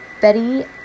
betty